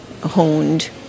honed